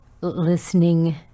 listening